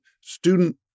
student